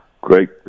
Great